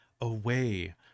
away